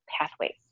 pathways